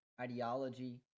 ideology